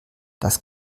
das